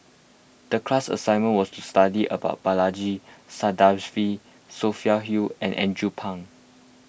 the class assignment was to study about Balaji Sadasivan Sophia Hull and Andrew Phang